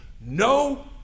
No